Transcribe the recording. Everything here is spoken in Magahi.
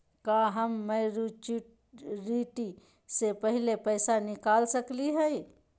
का हम मैच्योरिटी से पहले पैसा निकाल सकली हई?